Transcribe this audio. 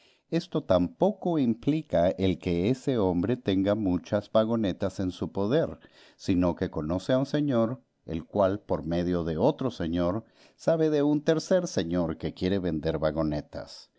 esto tampoco implica el que ese hombre tenga muchas vagonetas en su poder sino que conoce a un señor el cual por medio de otro señor sabe de un tercer señor que quiere vender vagonetas